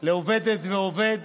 לעובדת ועובד,